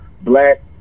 black